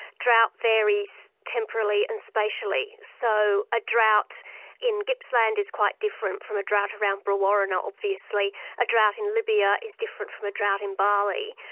drought varies temporally and spatially, so a drought in gippsland is quite different from a drought around brewarrina obviously a drought in libya is different from a drought in bali.